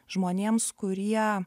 žmonėms kurie